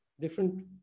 different